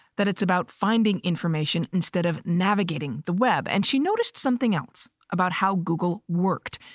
that it's about finding information instead of navigating the web. and she noticed something else about how google worked.